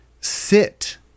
sit